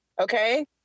okay